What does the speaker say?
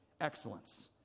excellence